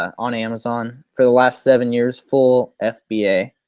on amazon, for the last seven years, full fba.